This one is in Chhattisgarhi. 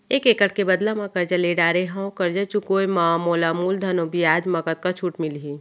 एक एक्कड़ के बदला म करजा ले डारे हव, करजा चुकाए म मोला मूलधन अऊ बियाज म कतका छूट मिलही?